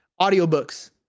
audiobooks